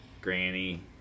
Granny